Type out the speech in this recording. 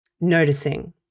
Noticing